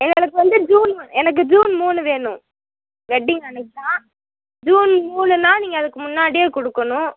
எங்களுக்கு வந்து ஜூன் வே எனக்கு ஜூன் மூணு வேணும் வெட்டிங் அன்றைக்கிதான் ஜூன் மூணுன்னால் நீங்கள் அதுக்கு முன்னாடியே கொடுக்கணும்